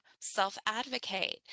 self-advocate